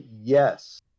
yes